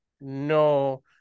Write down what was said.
No